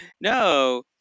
No